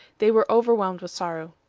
they were overwhelmed with sorrow.